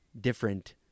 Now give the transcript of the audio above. different